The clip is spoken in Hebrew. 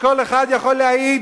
שכל אחד יכול להעיד,